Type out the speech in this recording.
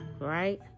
right